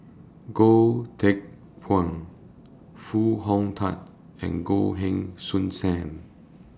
Goh Teck Phuan Foo Hong Tatt and Goh Heng Soon SAM